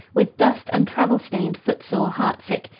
with dust and travel-stained, foot-sore, heart-sick,